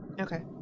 okay